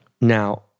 Now